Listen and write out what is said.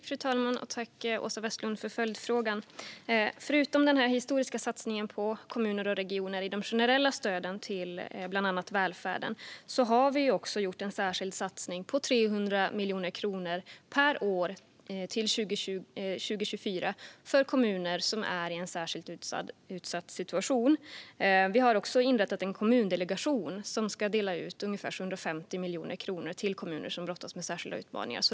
Fru talman! Jag tackar Åsa Westlund för följdfrågan. Förutom denna historiska satsning på kommuner och regioner genom de generella stöden till bland annat välfärden har vi också gjort en särskild satsning på 300 miljoner kronor per år till 2024 för kommuner som är i en särskilt utsatt situation. Vi har också inrättat en kommundelegation som ska dela ut ungefär 750 miljoner kronor till kommuner som brottas med särskilda utmaningar.